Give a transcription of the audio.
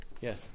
Yes